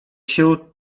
się